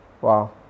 Wow